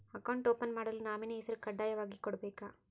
Account open ಮಾಡಲು nominee ಹೆಸರು ಕಡ್ಡಾಯವಾಗಿ ಕೊಡಬೇಕಾ?